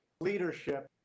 leadership